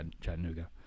chattanooga